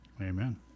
Amen